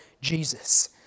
Jesus